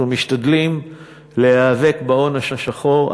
אנחנו משתדלים להיאבק בהון השחור,